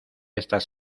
estás